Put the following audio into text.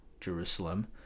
Jerusalem